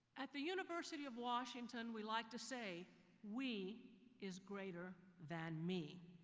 at the university of washington we like to say we is greater than me.